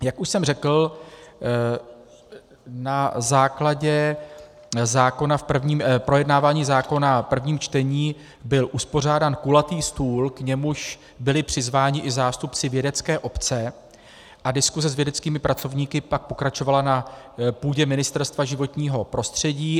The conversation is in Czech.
Jak už jsem řekl, na základě projednávání zákona v prvním čtení byl uspořádán kulatý stůl, k němuž byli přizváni i zástupci vědecké obce, a diskuse s vědeckými pracovníky pak pokračovala na půdě Ministerstva životního prostředí.